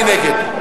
מי נגד?